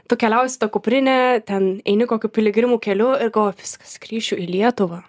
tu keliauji su ta kuprine ten eini kokiu piligrimų keliu ir galvoji viskas grįšiu į lietuvą